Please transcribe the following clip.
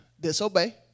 Disobey